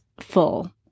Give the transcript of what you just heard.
full